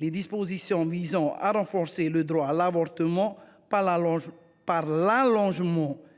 les dispositions visant à renforcer le droit à l’avortement par l’allongement